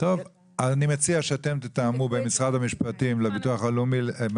אני מציע שאתם במשרד המשפטים תתאמו עם